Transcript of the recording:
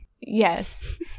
Yes